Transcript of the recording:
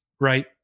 right